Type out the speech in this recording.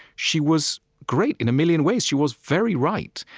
she was great in a million ways. she was very right.